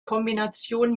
kombination